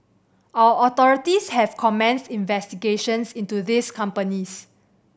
our authorities have commenced investigations into these companies